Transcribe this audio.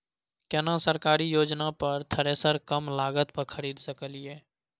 केना सरकारी योजना पर थ्रेसर कम लागत पर खरीद सकलिए?